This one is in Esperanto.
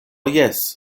jes